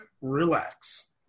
Relax